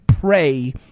Pray